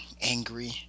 angry